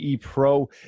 Pro